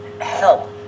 help